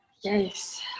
yes